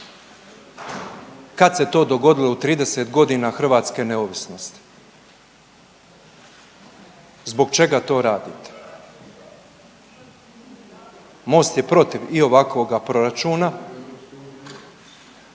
Kad se to dogodilo u 30 godina hrvatske neovisnosti? Zbog čega to radite? MOST je protiv i ovakvoga proračuna,